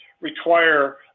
Require